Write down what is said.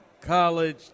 college